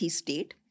state